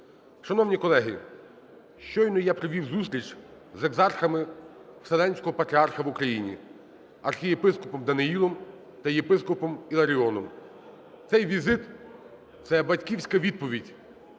Шановні колеги, щойно я провів зустріч з екзархами Вселенського патріарха в Україні архієпископом Даниїлом та єпископом Іларіоном. Цей візит – це батьківська відповідь